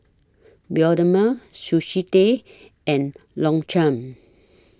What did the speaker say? Bioderma Sushi Tei and Longchamp